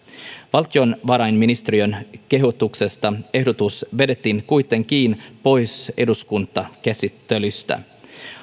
valtiovarainministeriön kehotuksesta ehdotus vedettiin kuitenkin pois eduskuntakäsittelystä